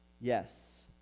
Yes